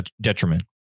detriment